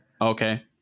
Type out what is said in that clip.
Okay